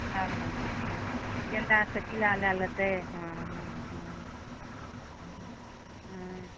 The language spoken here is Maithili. गेंदासँ पीला लए लेतै हँ हँ हँ हँ